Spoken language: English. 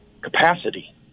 capacity